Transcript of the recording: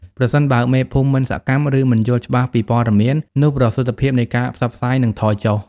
ប្រសិនបើមេភូមិមិនសកម្ម ឬមិនយល់ច្បាស់ពីព័ត៌មាន នោះប្រសិទ្ធភាពនៃការផ្សព្វផ្សាយនឹងថយចុះ។